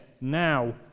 now